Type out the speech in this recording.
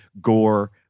gore